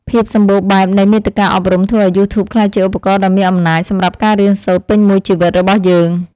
ភាពសម្បូរបែបនៃមាតិកាអប់រំធ្វើឱ្យយូធូបក្លាយជាឧបករណ៍ដ៏មានអំណាចសម្រាប់ការរៀនសូត្រពេញមួយជីវិតរបស់យើង។